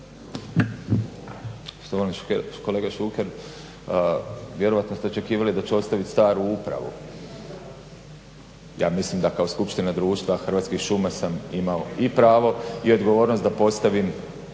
Štovani kolega Šuker, vjerojatno ćete očekivali da ću ostaviti staru upravu. Ja mislim da kao skupština društva Hrvatskih šuma sam imao i pravo i odgovornost da postavim